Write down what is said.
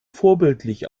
vorbildlich